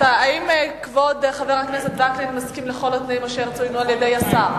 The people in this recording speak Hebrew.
האם כבוד חבר הכנסת וקנין מסכים לכל התנאים אשר צוינו על-ידי סגן השר?